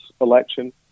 election